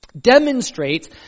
demonstrates